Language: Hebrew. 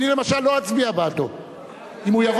אף אחד מהמצביעים בעד הוא לא נגד הנגישות.